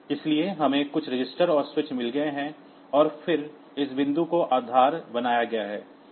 इसलिए हमें कुछ रजिस्टर और स्विच मिल गए हैं और फिर इस बिंदु को आधार बनाया गया है